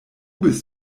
bist